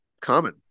common